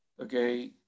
okay